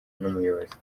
n’umuyobozi